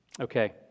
Okay